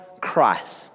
Christ